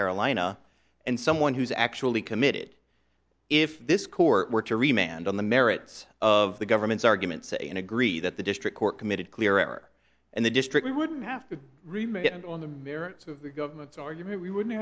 carolina and someone who's actually committed if this court were to remain and on the merits of the government's argument say and agree that the district court committed clear air and the district we wouldn't have to remain on the merits of the government's argument we wouldn't